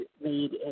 made